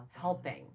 Helping